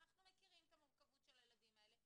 ואנחנו מכירים את המורכבות של הילדים האלה.